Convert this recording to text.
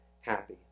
happy